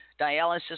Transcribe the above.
dialysis